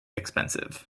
expensive